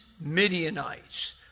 Midianites